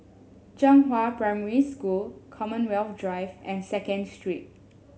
Zhenghua Primary School Commonwealth Drive and Second Street